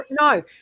No